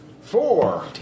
Four